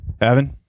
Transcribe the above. Evan